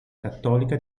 cattolica